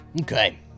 Okay